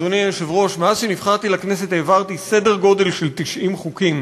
אדוני היושב-ראש: מאז שנבחרתי לכנסת העברתי סדר גודל של 90 חוקים,